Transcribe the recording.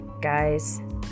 guys